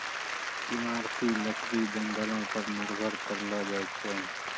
इमारती लकड़ी जंगलो पर निर्भर करलो जाय छै